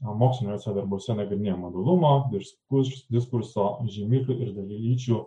o moksliniuose darbuose nagrinėja mobilumo ir diskurs diskurso žymiklių ir dalelyčių